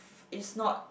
is not